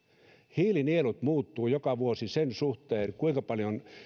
hiilinielut muuttuvat joka vuosi sen suhteen kuinka paljon